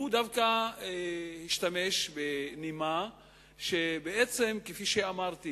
הוא דווקא השתמש בנימה שאפשר להבין